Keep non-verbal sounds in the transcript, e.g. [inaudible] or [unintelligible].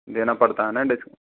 देना पड़ता है ना [unintelligible]